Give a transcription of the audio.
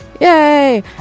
Yay